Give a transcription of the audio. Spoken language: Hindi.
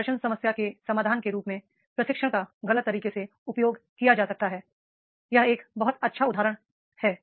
प्रदर्शन समस्या के समाधान के रूप में प्रशिक्षण का गलत तरीके से उपयोग किया जा सकता है यह एक बहुत अच्छा उदाहरण है